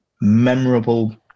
memorable